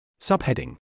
Subheading